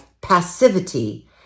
passivity